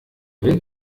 will